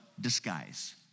disguise